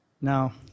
Now